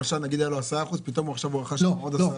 נניח שהיה לו 10% ופתאום עכשיו הוא רכש עוד 10%?